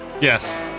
Yes